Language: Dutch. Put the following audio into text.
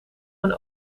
mijn